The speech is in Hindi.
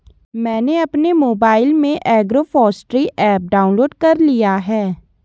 मैंने अपने मोबाइल में एग्रोफॉसट्री ऐप डाउनलोड कर लिया है